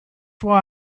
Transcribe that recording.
why